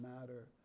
matter